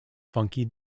funky